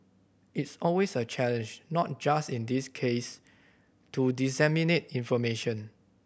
it's always a challenge not just in this case to disseminate information